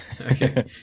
Okay